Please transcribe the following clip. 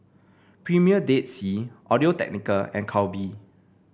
Premier Dead Sea Audio Technica and Calbee